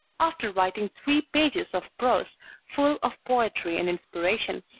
after writing three pages of prose full of poetry and inspiration,